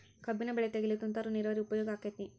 ಕಬ್ಬಿನ ಬೆಳೆ ತೆಗೆಯಲು ತುಂತುರು ನೇರಾವರಿ ಉಪಯೋಗ ಆಕ್ಕೆತ್ತಿ?